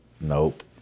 Nope